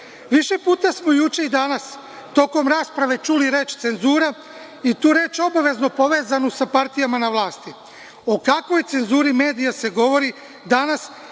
puta smo juče i danas tokom rasprave čuli reč – cenzura i tu reč obavezno povezanu sa partijama na vlasti. O kakvoj cenzuri medija se govori danas,